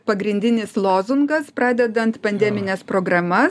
pagrindinis lozungas pradedant pandemines programas